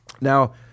now